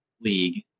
league